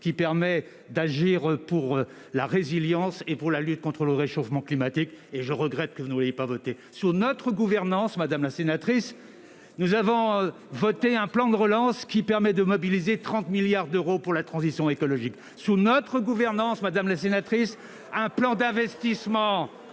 qui permet d'agir pour la résilience et pour la lutte contre le réchauffement climatique. Je regrette au passage que vous ne l'ayez pas votée. Sous notre gouvernance a été voté un plan de relance, qui permet de mobiliser 30 milliards d'euros pour la transition écologique. Sous notre gouvernance, un plan d'investissements